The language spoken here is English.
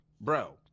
bro